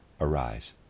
arise